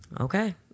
Okay